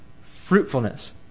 fruitfulness